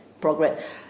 progress